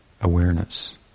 awareness